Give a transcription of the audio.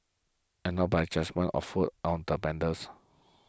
and no but just one of food on the vendors